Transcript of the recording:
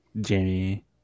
Jamie